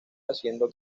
haciendo